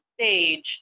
stage